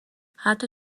حتی